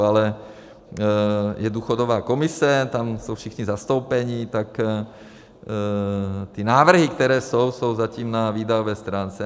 Ale je důchodová komise, tam jsou všichni zastoupeni, tak ty návrhy, které jsou, jsou zatím na výdajové stránce.